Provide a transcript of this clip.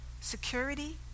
security